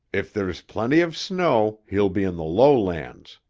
if there's plenty of snow, he'll be in the lowlands.